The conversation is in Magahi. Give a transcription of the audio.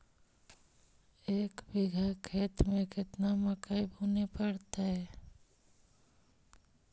एक बिघा खेत में केतना मकई बुने पड़तै?